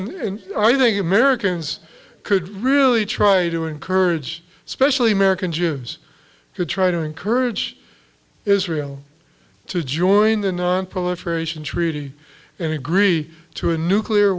and i think americans could really try to encourage especially american jews to try to encourage israel to join the nonproliferation treaty and agree to a nuclear